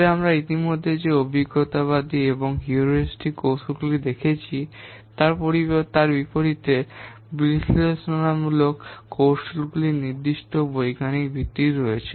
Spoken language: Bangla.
তবে আমরা ইতিমধ্যে যে অভিজ্ঞতাবাদী এবং হিউরিস্টিক কৌশলগুলি দেখেছি তার বিপরীতে বিশ্লেষণামূলক কৌশলগুলির নির্দিষ্ট বৈজ্ঞানিক ভিত্তি রয়েছে